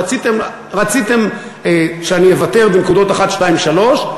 רציתם שאני אוותר בנקודות אחת, שתיים, שלוש?